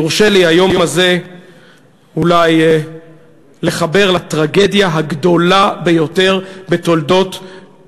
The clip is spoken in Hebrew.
יורשה לי היום הזה אולי לחבר לטרגדיה הגדולה ביותר בתולדות